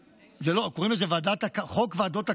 קוראים לזה "חוק ועדות הקבלה".